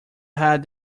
had